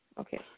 Okay